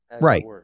Right